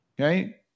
okay